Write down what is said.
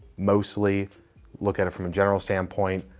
mostly look at it from a general standpoint.